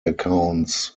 accounts